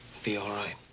be all right.